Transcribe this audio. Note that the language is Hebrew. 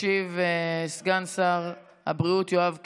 ישיב סגן שר הבריאות יואב קיש,